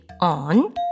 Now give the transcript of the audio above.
on